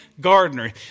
gardener